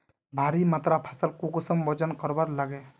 भारी मात्रा फसल कुंसम वजन करवार लगे?